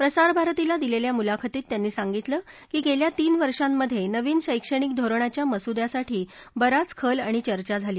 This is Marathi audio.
प्रसारभारतीला दिलेल्या मुलाखतीत त्यांनी सांगितलं की गेल्या तीन वर्षांमधे नवीन शैक्षणिक धोरणाच्या मसुद्यासाठी बराच खल आणि चर्चा झाली